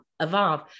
evolve